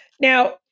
Now